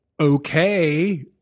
okay